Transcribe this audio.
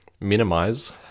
minimize